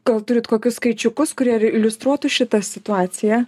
gal turit kokius skaičiukus kurie iliustruotų šitą situaciją